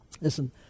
Listen